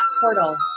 portal